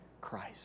Christ